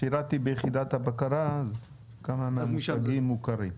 שירתי ביחידת הבקרה אז כמה מהמושגים מוכרים.